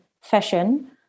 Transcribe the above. fashion